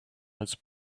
its